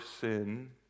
sin